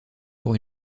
pour